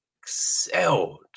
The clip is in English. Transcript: excelled